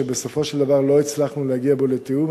שבסופו של דבר לא הצלחנו להגיע בו לתיאום,